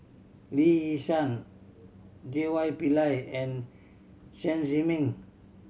Lee Yi Shyan J Y Pillay and Chen Zhiming